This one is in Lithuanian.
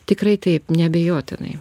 tikrai taip neabejotinai